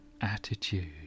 attitude